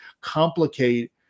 complicate